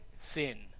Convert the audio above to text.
sin